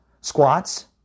squats